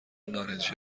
نارنجی